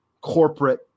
corporate